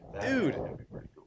Dude